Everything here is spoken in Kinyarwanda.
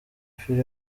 film